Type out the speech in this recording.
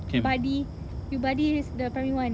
buddy you buddy this the primary one